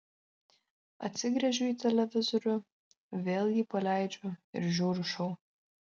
atsigręžiu į televizorių vėl jį paleidžiu ir žiūriu šou